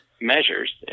measures